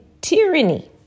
tyranny